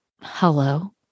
hello